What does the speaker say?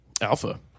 Alpha